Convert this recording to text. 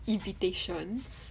invitations